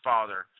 Father